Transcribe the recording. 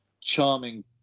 charming